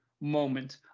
moment